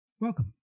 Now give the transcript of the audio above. Welcome